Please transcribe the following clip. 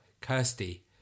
Kirsty